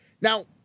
Now